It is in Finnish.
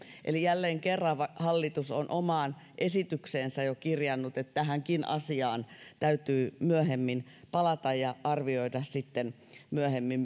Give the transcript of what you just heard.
eli jälleen kerran hallitus on omaan esitykseensä jo kirjannut että tähänkin asiaan täytyy myöhemmin palata ja arvioida sitten myöhemmin